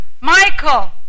Michael